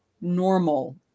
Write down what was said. normal